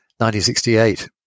1968